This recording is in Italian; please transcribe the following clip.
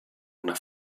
una